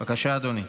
בבקשה, אדוני.